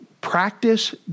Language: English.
Practice